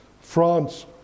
France